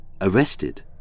arrested